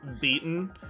beaten